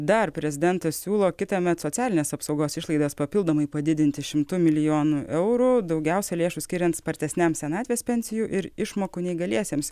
dar prezidentas siūlo kitąmet socialinės apsaugos išlaidas papildomai padidinti šimtu milijonu eurų daugiausiai lėšų skiriant spartesniam senatvės pensijų ir išmokų neįgaliesiems